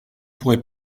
pourrait